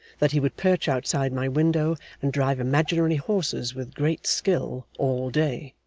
that he would perch outside my window and drive imaginary horses with great skill, all day.